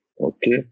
Okay